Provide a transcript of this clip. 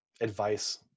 advice